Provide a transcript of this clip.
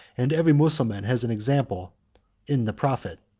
and every mussulman has an example in the prophet.